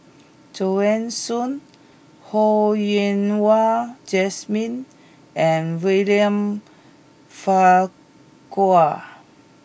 Joanne Soo Ho Yen Wah Jesmine and William Farquhar